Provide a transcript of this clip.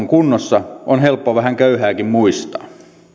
kunnossa on helppo vähän köyhääkin muistaa